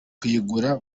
kuyigura